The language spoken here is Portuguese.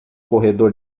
corredor